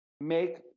make